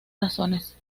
razones